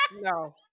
No